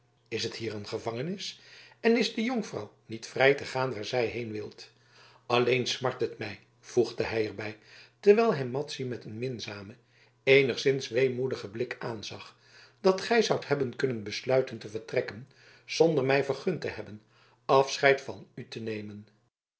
is het hier een gevangenis en is de jonkvrouw niet vrij te gaan waar zij heen wil alleen smart het mij voegde hij er bij terwijl hij madzy met een minzamen eenigszins weemoedigen blik aanzag dat gij zoudt hebben kunnen besluiten te vertrekken zonder mij vergund te hebben afscheid van u te nemen